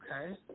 Okay